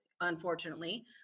unfortunately